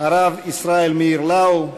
הרב ישראל מאיר לאו,